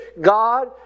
God